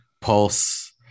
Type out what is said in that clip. pulse